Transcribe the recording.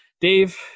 Dave